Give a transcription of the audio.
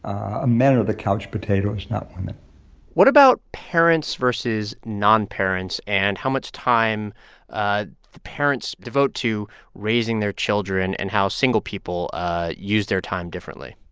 ah men are the couch potatoes, not women what about parents versus non-parents and how much time ah the parents devote to raising their children and how single people use their time differently?